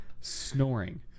snoring